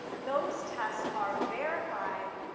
those tests are verified.